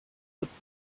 autres